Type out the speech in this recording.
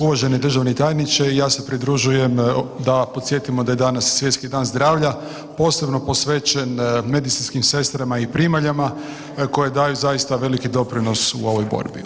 Uvaženi državni tajniče i ja se pridružujem da podsjetimo da je danas Svjetski dan zdravlja, posebno posvećen medicinskim sestrama i primaljama koje daju zaista veliki doprinos u ovoj borbi.